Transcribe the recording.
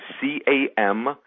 C-A-M